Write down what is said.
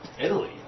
Italy